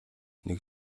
нэг